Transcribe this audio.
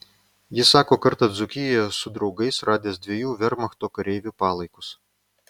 jis sako kartą dzūkijoje su draugais radęs dviejų vermachto kareivių palaikus